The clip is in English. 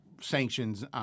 sanctions